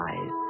eyes